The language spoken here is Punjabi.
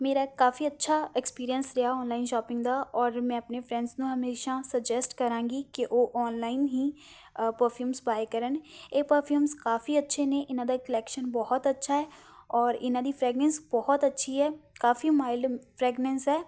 ਮੇਰਾ ਕਾਫ਼ੀ ਅੱਛਾ ਐਕਸਪੀਰੀਅੰਸ ਰਿਹਾ ਔਨਲਾਈਨ ਸ਼ੋਪਿੰਗ ਦਾ ਔਰ ਮੈਂ ਆਪਣੇ ਫਰੈਂਡਸ ਨੂੰ ਹਮੇਸ਼ਾ ਸੁਜੈਸਟ ਕਰਾਂਗੀ ਕਿ ਉਹ ਔਨਲਾਈਨ ਹੀ ਅ ਪਰਫਿਊਮਸ ਬਾਏ ਕਰਨ ਇਹ ਪਰਫਿਊਮ ਕਾਫ਼ੀ ਅੱਛੇ ਨੇ ਇਹਨਾਂ ਦਾ ਕਲੈਕਸ਼ਨ ਬਹੁਤ ਅੱਛਾ ਹੈ ਔਰ ਇਹਨਾਂ ਦੀ ਫ੍ਰੈਗਨੈਂਸ ਬਹੁਤ ਅੱਛੀ ਹੈ ਕਾਫ਼ੀ ਮਾਇਲਡ ਫ੍ਰੈਗਨੈਂਸ ਹੈ